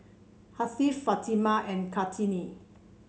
Hasif Fatimah and Kartini